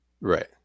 right